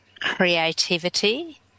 creativity